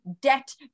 debt